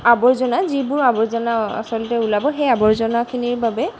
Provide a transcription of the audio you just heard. আৱৰ্জনা যিবোৰ আৱৰ্জনা আচলতে ওলাব সেই আৱৰ্জনাখিনিৰ বাবে